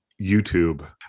YouTube